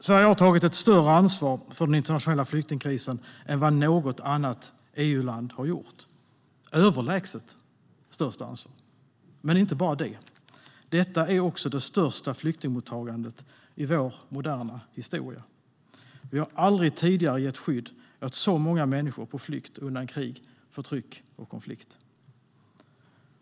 Sverige har tagit ett större ansvar för den internationella flyktingkrisen än vad något annat EU-land har gjort - det överlägset största ansvaret. Men inte bara det. Detta är också det största flyktingmottagandet i vår moderna historia. Vi har aldrig tidigare gett skydd åt så många människor på flykt undan krig, förtryck och konflikt.